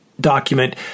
document